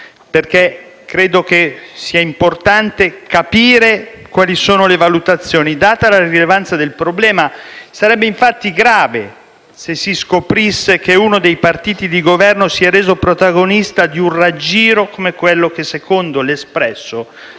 Credo sia importante capire le valutazioni, data la rilevanza del problema. Sarebbe, infatti, grave se si scoprisse che uno dei partiti di Governo si è reso protagonista di un raggiro come quello che, secondo «L'Espresso»,